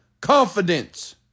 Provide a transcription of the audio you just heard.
confidence